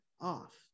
off